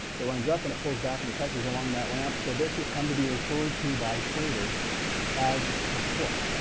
it runs up and it pulls back, and it touches along that ramp. so this has come to be referred to by traders as support.